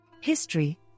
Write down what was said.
History